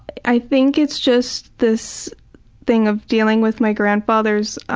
i think it's just this thing of dealing with my grandfather's